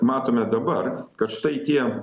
matome dabar kad štai tie